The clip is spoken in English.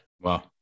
Wow